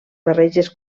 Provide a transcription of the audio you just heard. barreges